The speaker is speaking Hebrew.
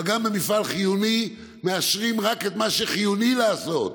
אבל גם במפעל חיוני מאשרים רק את מה שחיוני לעשות,